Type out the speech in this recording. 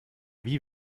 wie